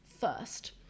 first